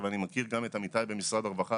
אבל אני מכיר גם את עמיתיי במשרד הרווחה,